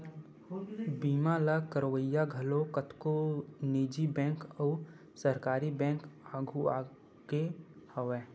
बीमा ल करवइया घलो कतको निजी बेंक अउ सरकारी बेंक आघु आगे हवय